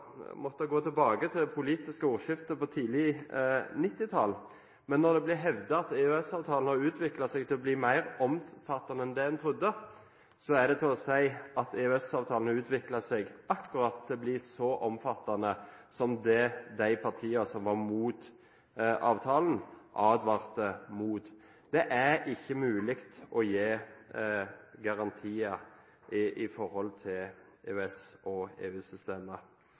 måtte gå tilbake til det politiske ordskiftet på tidlig 1990-tall, men når det blir hevdet at EØS-avtalen har utviklet seg til å bli mer omfattende enn det en trodde, er det det å si at EØS-avtalen har utviklet seg til å bli akkurat så omfattende som det de partiene som var mot avtalen, advarte mot. Det er ikke mulig å gi garantier i